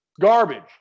Garbage